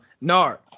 NAR